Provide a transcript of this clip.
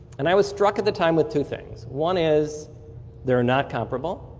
and i was struck at the time with two things. one is they're not comparable.